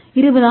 M